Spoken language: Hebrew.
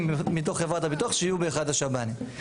מתוך חברת הביטוח שיהיה באחד השב"נים.